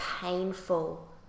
painful